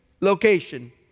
location